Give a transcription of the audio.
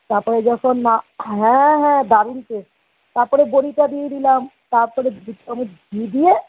তাপরে যখন না হ্যাঁ হ্যাঁ দারুণ টেস্ট তাপরে বড়িটা দিয়ে দিলাম তারপরে দু চামচ ঘি দিয়ে